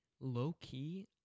low-key